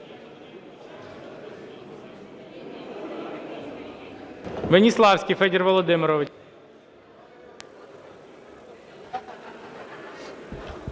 Веніславський Федір Володимирович.